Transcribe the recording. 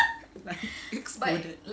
like exploded